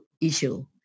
issue